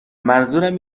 منظورم